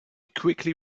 quickly